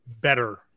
better